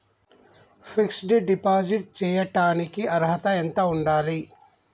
Fix డ్ deposit చేయటానికి అర్హత ఎంత ఉండాలి?